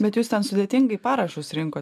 bet jūs ten sudėtingai parašus rinkot